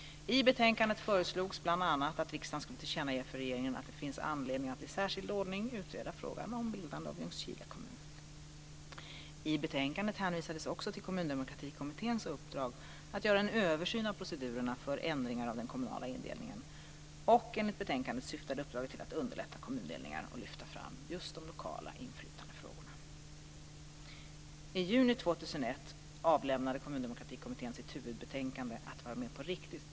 betänkandet föreslogs bl.a. att riksdagen skulle tillkännage för regeringen att det finns anledning att i särskild ordning utreda frågan om bildandet av I betänkandet hänvisades också till Kommundemokratikommitténs uppdrag att göra en översyn av procedurerna för ändringar av den kommunala indelningen. Enligt betänkandet syftade uppdraget till att underlätta kommundelningar och lyfta fram just de lokala inflytandefrågorna.